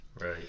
right